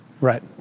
Right